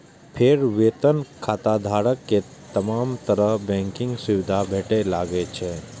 फेर वेतन खाताधारक कें तमाम तरहक बैंकिंग सुविधा भेटय लागै छै